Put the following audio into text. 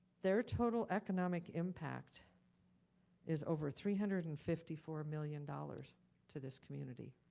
their total economic impact is over three hundred and fifty four million dollars to this community.